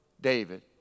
David